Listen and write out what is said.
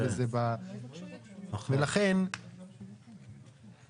נדון בזה מחדש.